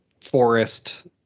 forest